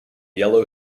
yellow